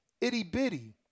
itty-bitty